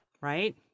right